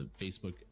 Facebook